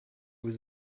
was